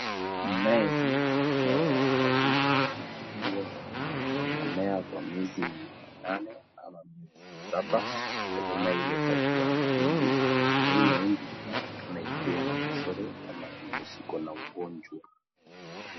Mimea hii ni mimea ya mahindi na huwa inamea kwa miezi minane ama miezi saba inategemea ile type ya mahindi na hii mahindi inaonekana ikiwa na kasoro ama imeshikwa na ugonjwa.